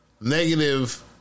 negative